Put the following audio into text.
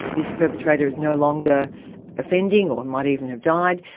this perpetrator is no longer offending, or might even have died,